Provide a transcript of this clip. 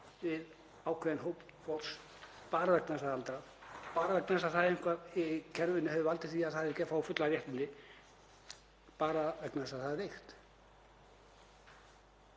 við ákveðinn hóp fólks, bara vegna þess að það er aldrað, bara vegna þess að það eitthvað í kerfinu hefur valdið því að það er ekki að fá full réttindi bara vegna þess að það er veikt?